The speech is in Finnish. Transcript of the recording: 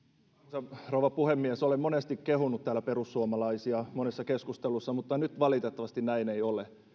arvoisa rouva puhemies olen monesti kehunut täällä perussuomalaisia monissa keskusteluissa mutta nyt valitettavasti näin ei ole